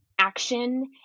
action